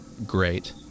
great